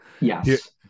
Yes